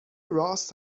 رآس